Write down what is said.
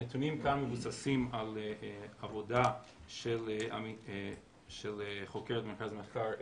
הנתונים כאן מבוססים על עבודה של חוקרת במרכז המחקר,